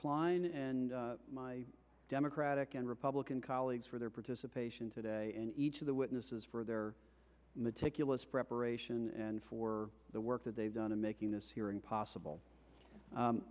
klein and my democratic and republican colleagues for their participation today and each of the witnesses for their meticulous preparation and for the work that they've done in making this hearing possible